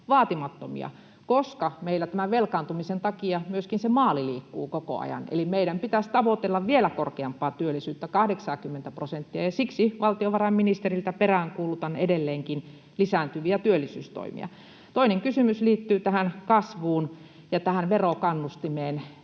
vaatimattomia, koska meillä velkaantumisen takia myöskin se maali liikkuu koko ajan. Eli meidän pitäisi tavoitella vielä korkeampaa työllisyyttä, 80:tä prosenttia, ja siksi valtiovarainministeriltä peräänkuulutan edelleenkin lisääntyviä työllisyystoimia. Toinen kysymys liittyy tähän kasvuun ja tähän verokannustimeen.